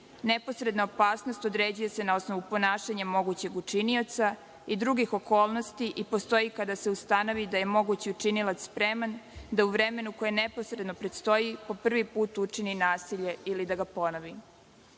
Neposredna opasnost određuje se na osnovu ponašanja mogućeg učinioca i drugih okolnosti i postoji kada se ustanovi da je mogući učinilac spreman da u vremenu koje neposredno predstoji po prvi put učini nasilje ili da ga ponovi. Pojam